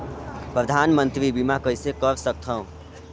परधानमंतरी बीमा कइसे कर सकथव?